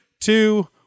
two